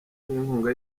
n’inkunga